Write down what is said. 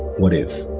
what if?